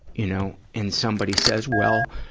you know. and somebody says, well,